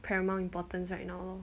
paramount importance right now loh